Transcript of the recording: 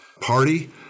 party